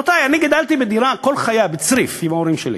רבותי, אני גדלתי בדירה בצריף עם ההורים שלי.